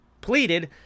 pleaded